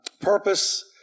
purpose